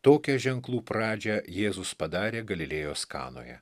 tokią ženklų pradžią jėzus padarė galilėjos kanoje